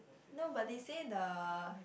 no but they said the